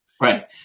Right